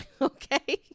Okay